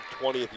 20TH